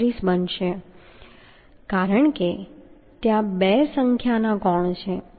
37 બનશે કારણ કે ત્યાં 2 સંખ્યાના કોણ છે